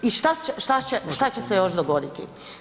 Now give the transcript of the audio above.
I šta će se još dogoditi?